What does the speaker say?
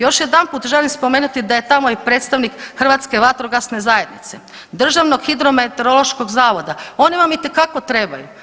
Još jedanput želim spomenuti da je tamo i predstavnik Hrvatske vatrogasne zajednice, Državnog hidrometeorološkog zavoda, oni vam itekako trebaju.